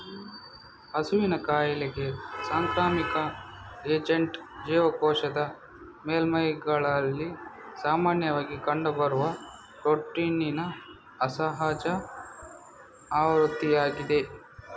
ಹಸುವಿನ ಕಾಯಿಲೆಗೆ ಸಾಂಕ್ರಾಮಿಕ ಏಜೆಂಟ್ ಜೀವಕೋಶದ ಮೇಲ್ಮೈಗಳಲ್ಲಿ ಸಾಮಾನ್ಯವಾಗಿ ಕಂಡುಬರುವ ಪ್ರೋಟೀನಿನ ಅಸಹಜ ಆವೃತ್ತಿಯಾಗಿದೆ